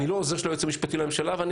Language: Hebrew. אני לא עוזר של היועץ המשפטי לממשלה ואני